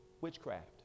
Witchcraft